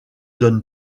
donne